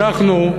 אנחנו,